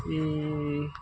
ಈ